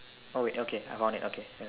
oh wait okay I found it okay